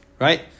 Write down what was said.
right